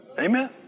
Amen